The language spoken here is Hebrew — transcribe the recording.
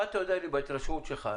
בהתרשמות שלך,